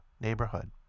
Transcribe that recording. neighborhood